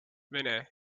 vene